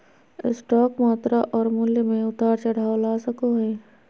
stock मात्रा और मूल्य में उतार चढ़ाव ला सको हइ